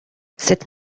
cette